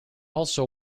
also